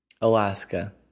Alaska